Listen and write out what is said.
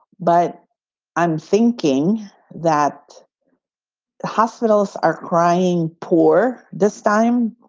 but i'm thinking that. the hospitals are crying poor this time.